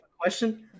question